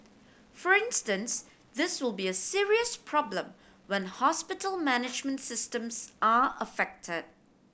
for instance this will be a serious problem when hospital management systems are affected